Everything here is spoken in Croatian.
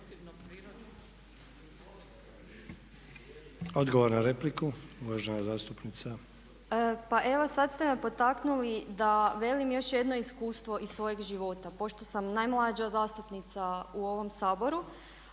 Odgovor na repliku, uvažena zastupnica. **Puh, Marija (HNS)** Evo sad ste me potaknuli da velim još jedno iskustvo iz svojeg života. Pošto sam najmlađa zastupnica u ovom Saboru